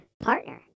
partner